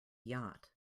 yacht